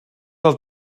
del